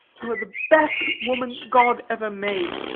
you are the best woman god ever made.